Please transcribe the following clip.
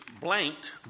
blanked